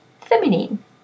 feminine